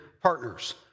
partners